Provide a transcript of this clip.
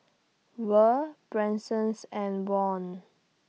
Vere Bransons and Wong